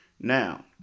Now